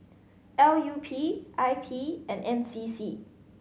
L U P I P and N C C